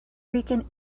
rican